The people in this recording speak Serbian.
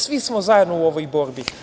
Svi smo zajedno u ovoj borbi.